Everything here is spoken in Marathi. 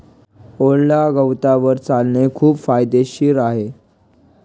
ओल्या गवतावर चालणे खूप फायदेशीर आहे